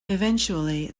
eventually